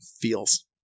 feels